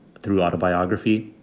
through autobiography.